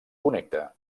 connecta